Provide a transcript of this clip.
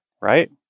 right